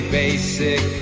basic